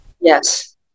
Yes